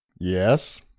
Yes